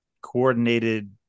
coordinated